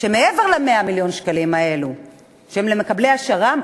שמעבר ל-100 מיליון השקלים האלה שהם למקבלי השר"מ,